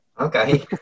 Okay